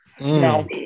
Now